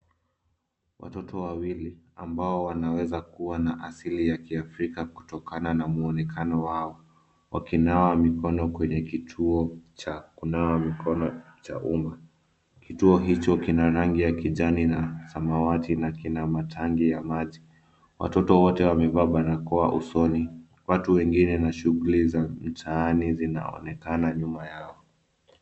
Watoto wawili ambao wanaweza kuwa na asili ya kiafrika kutokana na mwonekano wao, wakinawa mikono kwenye kituo cha kunawa mikono cha umma. Kituo hicho kina rangi ya kijani na samawati na kina matangi ya maji. Watoto wote wamevaa barakoa usoni. Watu wengine na shughuli za mitaani zinaonekana nyuma yao.